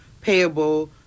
payable